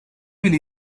bile